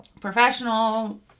professional